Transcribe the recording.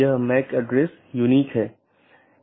प्रत्येक EBGP router अलग autonomous system में हैं